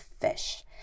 fish